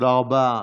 תודה רבה.